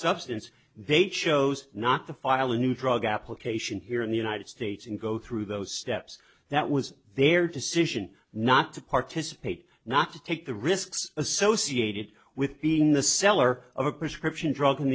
substance they chose not to file a new drug application here in the united states and go through those steps that was their decision not to participate not to take the risks associated with being the seller of a prescription drug in